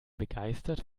begeistert